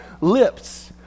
lips